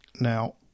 now